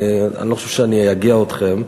אני לא חושב שאני אייגע אתכם.